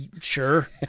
sure